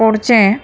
पुढचे